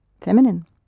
Feminine